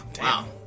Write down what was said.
Wow